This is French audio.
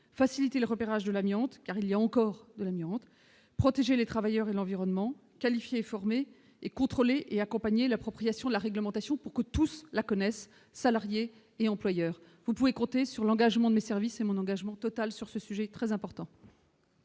faciliter le repérage de l'amiante, car il y a encore de l'amiante, protéger les travailleurs et l'environnement qualifiés formés et contrôlés et accompagner l'appropriation de la réglementation pour que tous la connaissent, salariés et employeurs, vous pouvez compter sur l'engagement des services et mon engagement total sur ce sujet très important.